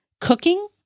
Cooking